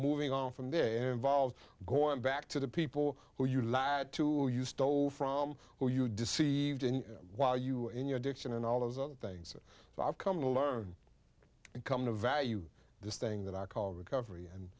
moving on from there and volved going back to the people who you lied to you stole from who you deceived and why you and your addiction and all those other things that i've come to learn and come to value this thing that i call recovery and